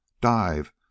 dive